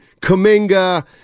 Kaminga